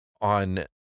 On